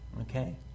Okay